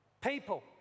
people